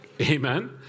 Amen